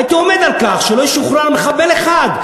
הייתי עומד על כך שלא ישוחרר מחבל אחד,